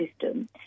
system